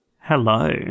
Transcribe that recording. Hello